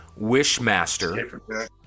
Wishmaster